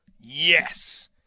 Yes